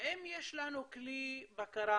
האם יש לנו כלי בקרה,